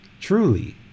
truly